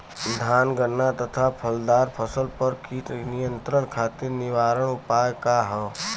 धान गन्ना तथा फलदार फसल पर कीट नियंत्रण खातीर निवारण उपाय का ह?